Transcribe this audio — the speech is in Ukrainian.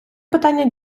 питання